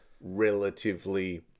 relatively